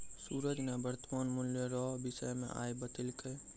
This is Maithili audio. सूरज ने वर्तमान मूल्य रो विषय मे आइ बतैलकै